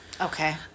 okay